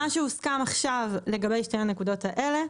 מה שהוסכם עכשיו לגבי שתי הנקודות האלה,